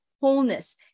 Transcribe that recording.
wholeness